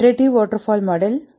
हे iterative waterfall model